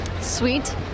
sweet